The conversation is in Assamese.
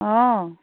অঁ